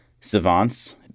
savants